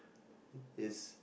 is